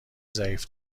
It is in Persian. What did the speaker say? ضعیف